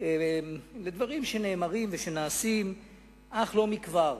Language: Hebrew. לדברים שנאמרים ושנעשים אך לא מכבר.